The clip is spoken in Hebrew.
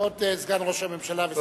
כבוד סגן ראש הממשלה.